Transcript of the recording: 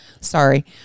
sorry